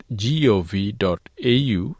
gov.au